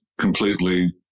completely